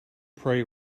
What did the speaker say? prey